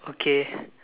okay